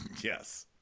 Yes